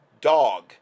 Dog